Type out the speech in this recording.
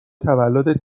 تولدت